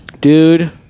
Dude-